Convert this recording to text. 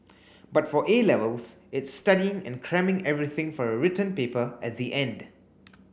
but for A Levels it's studying and cramming everything for a written paper at the end